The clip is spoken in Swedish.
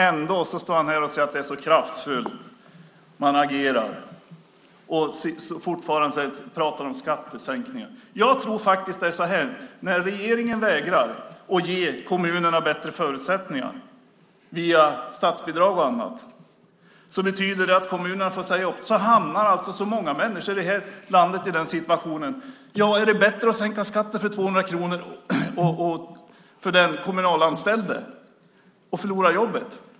Ändå står du här och säger att man agerar kraftfullt, och du pratar om skattesänkningar. När regeringen vägrar att ge kommunerna bättre förutsättningar genom statsbidrag och annat hamnar många människor i situationen där man frågar: Är det bättre att sänka skatten med 200 kronor för den kommunalanställde och förlora jobbet?